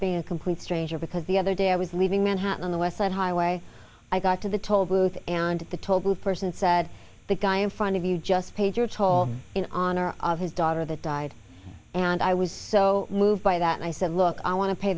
a complete stranger because the other day i was leaving manhattan on the west side highway i got to the toll booth and the toll booth person said the guy in front of you just paid your toll in honor of his daughter that died and i was so moved by that and i said look i want to pay